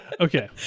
Okay